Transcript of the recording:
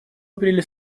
апреле